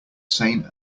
same